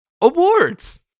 Awards